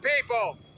people